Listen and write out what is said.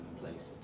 places